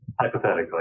Hypothetically